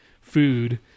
food